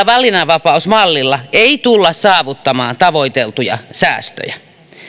valinnanvapausmallilla ei tulla saavuttamaan tavoiteltuja säästöjä